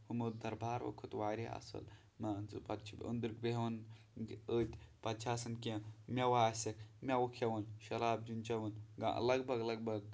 ہُمو دربارو کھۄتہٕ واریاہ اَصٕل مان ژٕ پَتہٕ چھُ بیہوان أندٕرۍ أتۍ پَتہٕ چھِ آسان کیٚنٛہہ میوٕ آسیکھ میوٕ کھیٚوان شراب چھِ چٮ۪وان لگ بگ لگ بگ